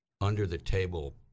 under-the-table